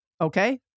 Okay